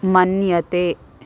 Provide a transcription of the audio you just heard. मन्यते